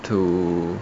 to